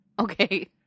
Okay